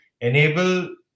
Enable